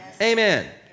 Amen